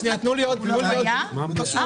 נו, באמת.